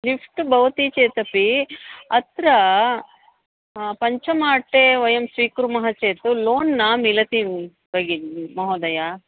lift भवति चेदपि अत्र पञ्चम अट्टे वयं स्वीकुर्मः चेत् लोन् न मिलति भगिनि महोदय